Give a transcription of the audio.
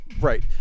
right